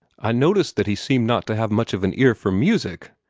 i noticed that he seemed not to have much of an ear for music,